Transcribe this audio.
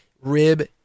rib